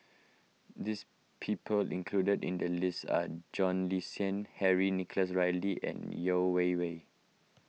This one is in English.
this people included in the list are John Le Cain Henry Nicholas Ridley and Yeo Wei Wei